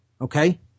okay